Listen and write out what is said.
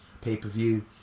pay-per-view